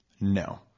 No